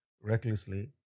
recklessly